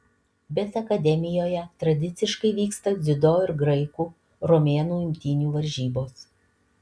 bet akademijoje tradiciškai vyksta dziudo ir graikų romėnų imtynių varžybos